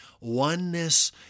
oneness